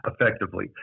effectively